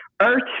earth